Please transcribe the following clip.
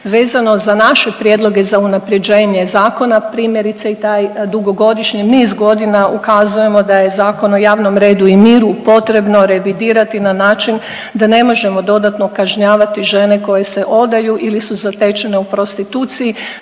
vezano za naše prijedloge za unapređenje zakona, primjerice i taj dugogodišnji niz godina ukazujemo da je Zakon o javnom redu i miru potrebno revidirati na način da ne možemo dodatno kažnjavati žene koje se odaju ili su zatečene u prostituciji,